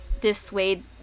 dissuade